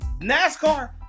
NASCAR